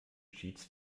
cheats